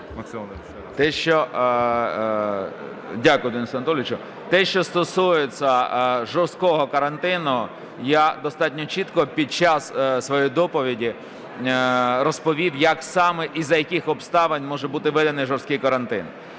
Дякую, Денисе Анатолійовичу. Те, що стосується жорсткого карантину, я достатньо чітко під час своєї доповіді розповів, як саме і за яких обставин може бути введений жорсткий карантин.